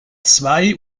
zwei